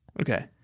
Okay